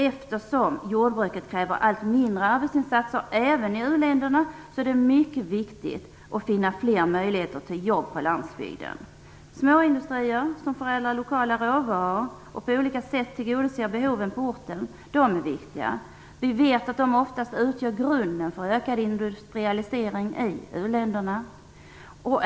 Eftersom jordbruket kräver allt mindre arbetsinsatser även i u-länderna är det mycket viktigt att finna fler möjligheter till jobb på landsbygden. Småindustrier som förädlar lokala råvaror och på olika sätt tillgodoser behoven på orten är viktiga. Vi vet att de oftast utgör grunden för ökad industrialisering i u-länderna.